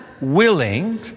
willing